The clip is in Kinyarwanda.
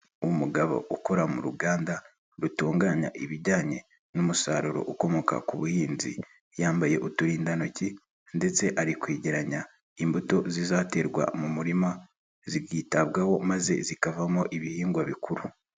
Umugabo ukora mu ruganda rutunganya ibijyanye n'umusaruro ukomoka ku buhinzi, yambaye uturindantoki ndetse ari kwegeranya imbuto zizaterwa mu murima zikitabwaho maze zikavamo ibihingwa bikuru.